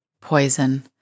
poison